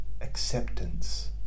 acceptance